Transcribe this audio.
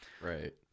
Right